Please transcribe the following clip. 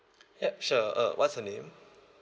yup sure uh what's your name